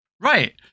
right